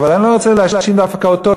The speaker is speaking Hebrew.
אבל אני לא רוצה להאשים דווקא אותו,